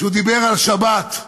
שדיבר על שבת,